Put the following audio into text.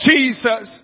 Jesus